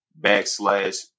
backslash